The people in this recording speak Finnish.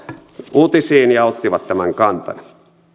uutisiin ja ottivat tämän kantani